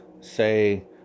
say